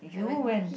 you went but